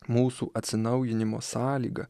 mūsų atsinaujinimo sąlyga